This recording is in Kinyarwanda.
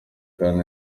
kandi